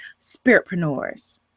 spiritpreneurs